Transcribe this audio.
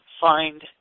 find